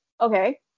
Okay